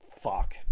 Fuck